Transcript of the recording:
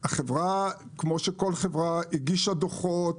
החברה, כמו כל חברה, הגישה דוחות